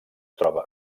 troba